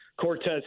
Cortez